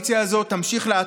הינני מתכבד להודיעכם,